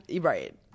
right